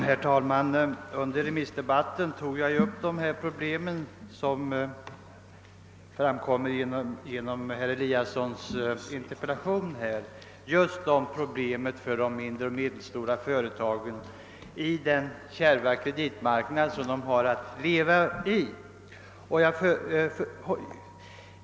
Herr talman! Under remissdebatten tog jag upp de problem för de mindre och medelstora företagen i den kärva kreditmarknaden som framkommer i herr Eliassons i Sundborn interpellation.